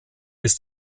bis